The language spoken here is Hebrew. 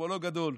חכמולוג גדול.